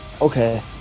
okay